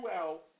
out